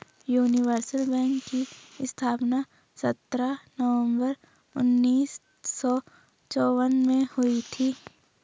universal bank की स्थापना सत्रह नवंबर उन्नीस सौ चौवन में हुई थी